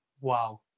Wow